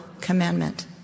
commandment